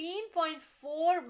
18.4